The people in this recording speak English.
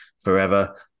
forever